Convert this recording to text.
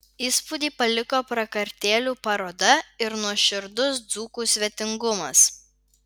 įspūdį paliko prakartėlių paroda ir nuoširdus dzūkų svetingumas